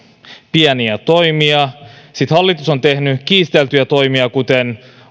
pieniä toimia sitten hallitus on tehnyt kiisteltyjä toimia kuten